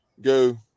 go